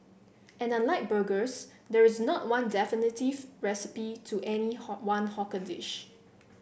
and unlike burgers there is not one definitive recipe to any one hawker dish